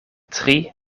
tri